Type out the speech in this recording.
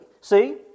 See